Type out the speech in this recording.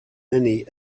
many